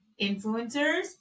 influencers